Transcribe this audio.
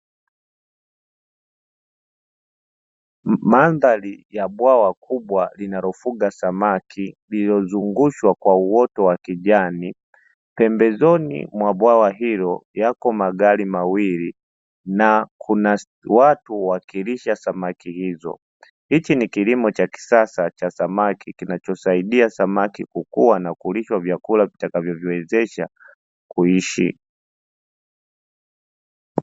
Mandhari ya bwawa kubwa linarufuga samaki iliyozungushwa kwa wote wa kijani pembezoni mwa bwawa hilo yako magari mawili na kuna watu wawakilisha samaki hizo hichi ni kilimo cha kisasa cha samaki kinachosaidia samaki kukua na kulishwa vyakula vitakavyo viwezesha kuishi.